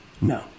No